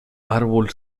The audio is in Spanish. árbol